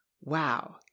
Wow